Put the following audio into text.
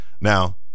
Now